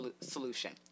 solution